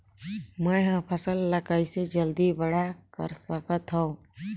मैं ह फल ला कइसे जल्दी बड़ा कर सकत हव?